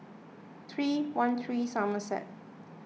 three one three Somerset